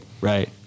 right